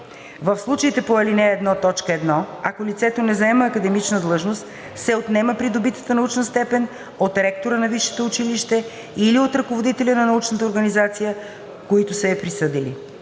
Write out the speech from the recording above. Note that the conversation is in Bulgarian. В случаите по ал. 1, т. 1, ако лицето не заема академична длъжност, се отнема придобитата научна степен от ректора на висшето училище или от ръководителя на научната организация, които са я присъдили.“